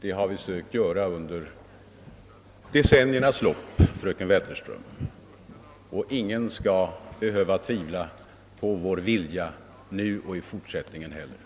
Det har vi strävat efter under decenniernas lopp, fröken Wetterström, och ingen skall vare sig nu eller i fortsättningen behöva tvivla på vår vilja i detta avseende.